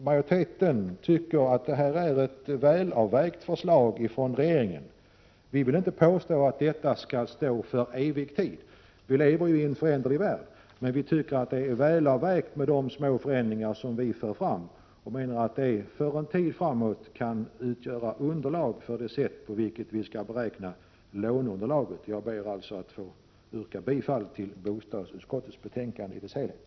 Majoriteten anser att regeringens förslag är väl avvägt. Vi vill inte påstå att detta skall gälla i evig tid — vi lever i en föränderlig värld — men med de förändringar som utskottet anför kan det för en tid framöver utgöra underlag vid beräkningen av lånen. Jag ber att få yrka bifall till bostadsutskottets hemställan i dess helhet.